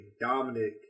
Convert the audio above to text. Dominic